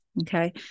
Okay